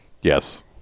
Yes